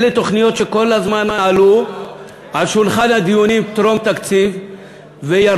אלה תוכניות שכל הזמן עלו על שולחן הדיונים טרום תקציב וחלקן